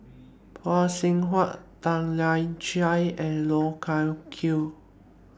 Phay Seng Whatt Tan Lian Chye and Loh Wai Kiew